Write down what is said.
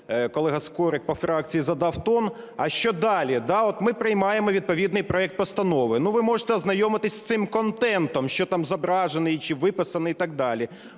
колега Скорик по фракції задав тон: а що далі? От ми приймаємо відповідний проект постанови. Ну, ви можете ознайомитись з цим контентом, що там зображений чи виписаний і так далі.